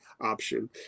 option